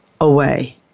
away